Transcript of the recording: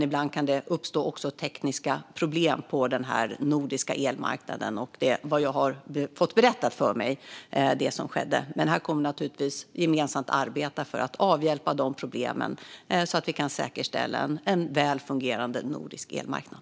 Ibland kan det uppstå tekniska problem på denna nordiska elmarknad, och det är - utifrån vad jag har fått berättat för mig - det som skedde. Vi kommer naturligtvis att gemensamt arbeta för att avhjälpa de problemen så att vi kan säkerställa en väl fungerande nordisk elmarknad.